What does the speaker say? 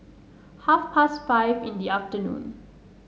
half past five in the afternoon